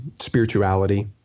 spirituality